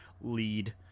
lead